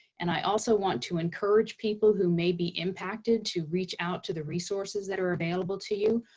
and i also want to encourage people who may be impacted to reach out to the resources that are available to you,